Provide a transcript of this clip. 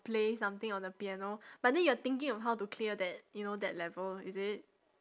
play something on the piano but then you are thinking of how to clear that you know that level is it